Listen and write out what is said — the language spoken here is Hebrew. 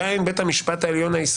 הטענה המרכזית נגד אומרת שאם כל הרעיון של